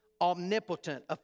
omnipotent